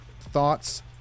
thoughts